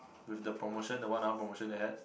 with the promotion the one hour promotion they had